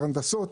הנדסות.